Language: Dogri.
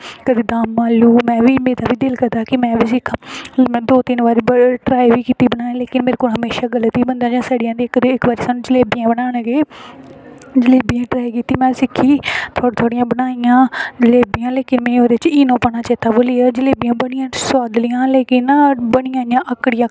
कदें दम आलू मेरा बी दिल करदा कि में बी सिक्खां में दो तिन बारी ट्राई बी कीती बनाने दी पर मेरे कोला हमेशा गलत ई बनदे जां फटी जंदे इक्क बारी में जलेबियां बनाने दी मतलब कि जाच सिक्खी थोह्ड़ी थोह्ड़ी बनाइयां जलेबियां लेकिन मिगी ओह्दे च ईनो बनाना चेता भुल्ली गेआ ते बनी आं सोआदलियां लेकिन बनियां आकड़ी आकड़ियै